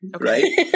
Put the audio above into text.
right